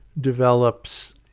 develops